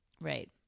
Right